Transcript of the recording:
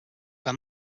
que